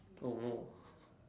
oh no